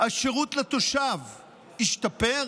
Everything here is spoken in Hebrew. השירות לתושב השתפר?